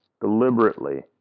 deliberately